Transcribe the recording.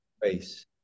grace